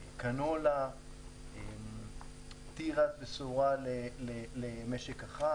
קנולה, תירס ושעורה למשק החי.